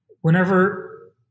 Whenever